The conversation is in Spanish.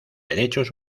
derechos